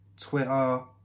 Twitter